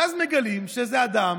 ואז מגלים שאיזה אדם